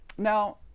Now